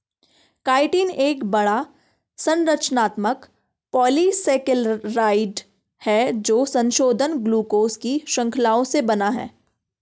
chitin एक बड़ा, संरचनात्मक पॉलीसेकेराइड है जो संशोधित ग्लूकोज की श्रृंखलाओं से बना है